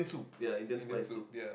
ya Indian spice soup